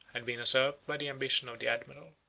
had been usurped by the ambition of the admiral.